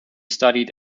studied